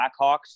Blackhawks